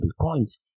coins